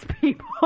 people